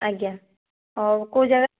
ଆଜ୍ଞା ହଉ କେଉଁ ଜାଗା